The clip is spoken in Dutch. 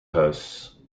huis